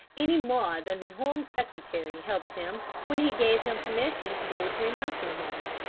any more than the home secretary helped him when he gave him permission to go to a nursing home.